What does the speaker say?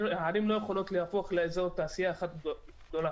הערים לא יכולות להפוך לאזור תעשייה אחד גדול,